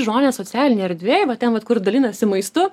žmonės socialinėj erdvėj va ten va kur dalinasi maistu